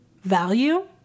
value